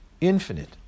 infinite